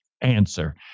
answer